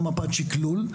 מפת העדיפות הלאומית,